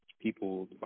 people